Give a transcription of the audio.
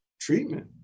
treatment